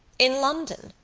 in london,